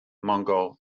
mongol